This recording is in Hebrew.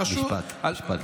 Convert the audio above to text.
משפט לסיום.